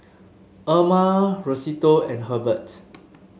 Erma Rosetta and Hurbert